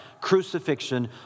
crucifixion